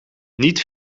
niet